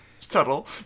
subtle